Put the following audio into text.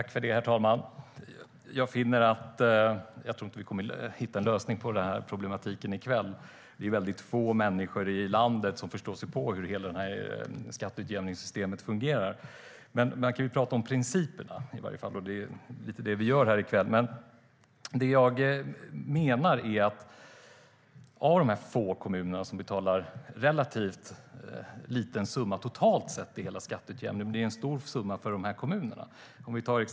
Det är få kommuner som betalar en relativt liten summa totalt sett, även om det är en stor summa för dessa kommuner.